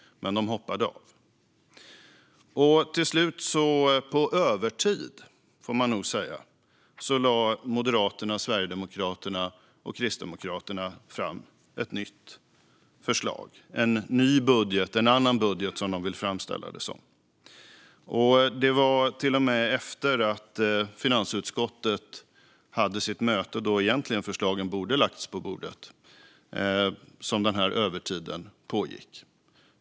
Men de hoppade av. Till slut, på övertid får man nog säga, lade Moderaterna, Sverigedemokraterna och Kristdemokraterna fram ett nytt förslag, en ny budget, en annan budget, som de vill framställa det. Övertiden pågick till och med efter att finansutskottet hade haft sitt möte och då förslagen egentligen borde ha lagts på bordet.